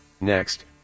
Next